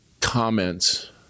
comments